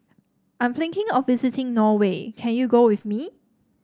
I'm thinking of visiting Norway can you go with me